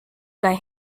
guy